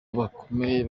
bakomeye